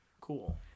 cool